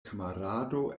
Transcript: kamarado